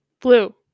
Blue